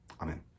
Amen